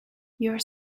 you’re